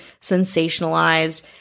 sensationalized